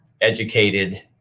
educated